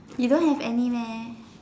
you don't have any meh